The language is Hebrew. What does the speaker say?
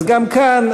אז גם כאן,